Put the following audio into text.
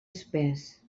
espés